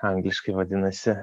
angliškai vadinasi